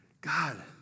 God